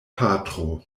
patro